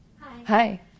Hi